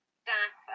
staff